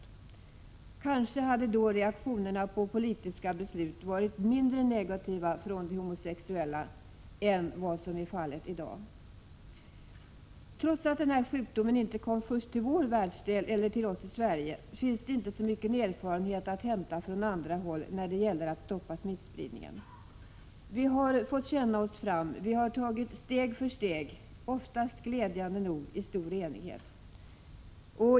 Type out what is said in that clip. Kanske hade då reaktionerna på politiska beslut varit mindre negativa från de homosexuella än vad som ibland är fallet i dag. Trots att den här sjukdomen inte kom först till vår världsdel eller först till oss i Sverige, finns det inte så mycken erfarenhet att hämta från andra håll när det gäller att stoppa smittspridningen. Vi har fått känna oss fram, vi har tagit steg för steg — oftast, glädjande nog, i stor enighet.